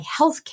healthcare